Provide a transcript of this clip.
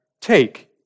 Take